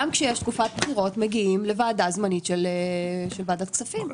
גם כשיש תקופת בחירות מגיעים לוועדה זמנית של ועדת כספים.